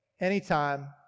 anytime